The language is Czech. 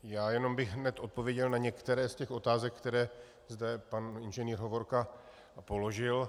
Já jenom bych hned odpověděl na některé z těch otázek, které zde pan Ing. Hovorka položil.